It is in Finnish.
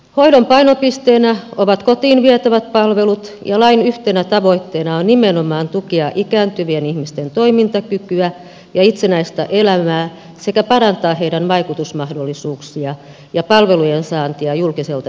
hoidon painopisteenä ovat kotiin vietävät palvelut ja lain yhtenä tavoitteena on nimenomaan tukea ikääntyvien ihmisten toimintakykyä ja itsenäistä elämää sekä parantaa heidän vaikutusmahdollisuuksiaan ja palvelujen saantia julkiselta sektorilta